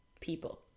people